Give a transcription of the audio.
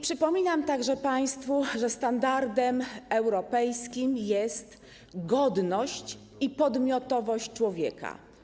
Przypominam także państwu, że standardem europejskim jest godność i podmiotowość człowieka.